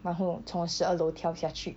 然后从十二楼跳下去